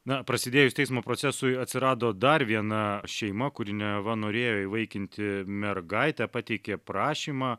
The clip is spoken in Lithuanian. na prasidėjus teismo procesui atsirado dar viena šeima kuri neva norėjo įvaikinti mergaitę pateikė prašymą